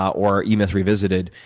or e myth revisited,